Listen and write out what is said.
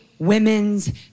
Women's